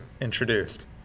introduced